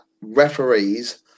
referees